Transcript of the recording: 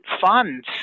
funds